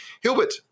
Hilbert